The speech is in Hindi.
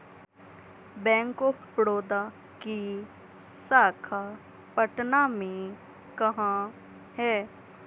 बैंक ऑफ बड़ौदा की शाखा पटना में कहाँ है?